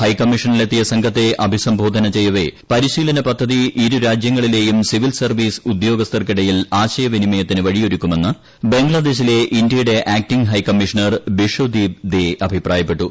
ഹൈക്കമ്മീഷനിലെത്തിയ സംഘത്തെ അഭിസംബോധന ചെയ്യവേ പരിശീലന പദ്ധതി ഇരു രാജൃങ്ങളിലേയും സിവിൽ സർവ്വീസ് ഉദ്യോഗസ്ഥർക്കിടയിൽ ആശയവിനിമയത്തിന് വഴിയൊരുക്കുമെന്ന് ബംഗ്ലാദേശിലെ ഇന്ത്യയുടെ ആക്ടിംഗ് ഹൈക്കമ്മീഷണർ ബിശ്വദീപ് ദേ അഭിപ്രായപ്പെട്ടു